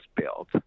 built